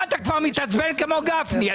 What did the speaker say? כאן אתה כבר מתעצבן כמו גפני.